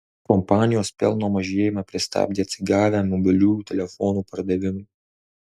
kompanijos pelno mažėjimą pristabdė atsigavę mobiliųjų telefonų pardavimai